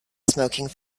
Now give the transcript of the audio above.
smoking